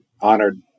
honored